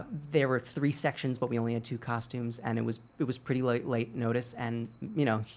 there were three sections, but we only had two costumes, and it was it was pretty late late notice. and you know,